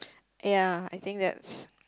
ya I think that's